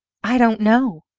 i don't know.